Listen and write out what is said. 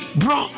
bro